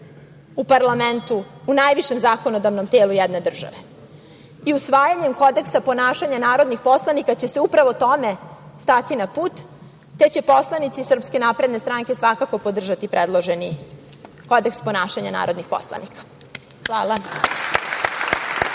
u parlamentu, u najvišem zakonodavnom telu jedne države. Usvajanjem kodeksu ponašanja narodnih poslanika će se upravo tome stati na put, te će poslanici SNS svakako podržati predloženi kodeks ponašanja narodnih poslanika. Hvala.